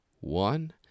one